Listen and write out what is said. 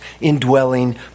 indwelling